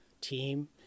team